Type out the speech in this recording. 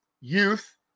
youth